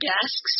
desks